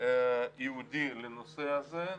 ייעודי לנושא הזה,